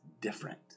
different